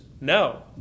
no